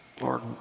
Lord